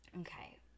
Okay